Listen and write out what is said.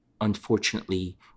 unfortunately